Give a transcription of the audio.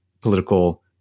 political